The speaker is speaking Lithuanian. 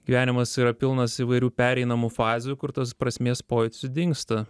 gyvenimas yra pilnas įvairių pereinamų fazių kur tas prasmės pojūtis dingsta